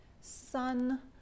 Sun